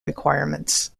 requirements